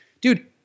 dude